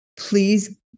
Please